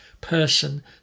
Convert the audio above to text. person